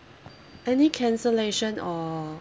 any cancellation or